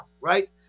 right